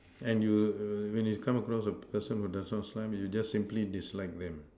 and you err when you come across a person who does not you just simply dislike them